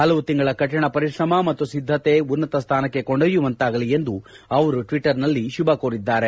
ಹಲವು ತಿಂಗಳ ಕಠಿಣ ಪರಿಶ್ರಮ ಮತ್ತು ಸಿದ್ದತೆ ಉನ್ನತ ಸ್ಮಾನಕ್ಕೆ ಕರೆದೊಯ್ಯುವಂತಾಗಲಿ ಎಂದು ಅವರು ಟ್ವಿಟರ್ನಲ್ಲಿ ಶುಭ ಕೋರಿದ್ದಾರೆ